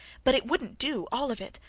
but it wouldn't do, all of it.